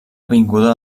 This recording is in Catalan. vinguda